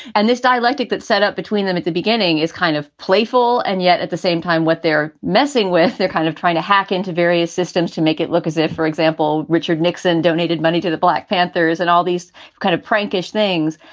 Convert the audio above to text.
and this dialectic that setup between them at the beginning is kind of playful. and yet at the same time, what they're messing with, they're kind of trying to hack into various systems to make it look as if, for example, richard nixon donated money to the black panthers and all these kind of prankish things.